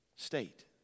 State